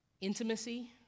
intimacy